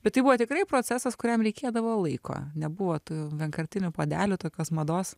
bet tai buvo tikrai procesas kuriam reikėdavo laiko nebuvo tų vienkartinių puodelių tokios mados